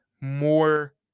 more